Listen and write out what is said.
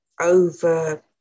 over